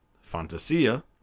Fantasia